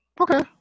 Okay